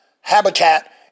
habitat